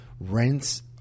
rents